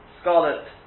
scarlet